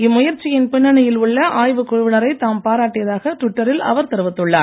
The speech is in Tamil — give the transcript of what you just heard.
இம்முயற்சியின் பின்னணியில் உள்ள ஆய்வுக் குழுவினரை தாம் பாராட்டியதாக டுவிட்டரில் அவர் தெரிவித்துள்ளார்